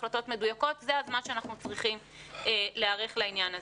זה הזמן שאנחנו צריכים להיערך לעניין הזה.